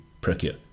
procure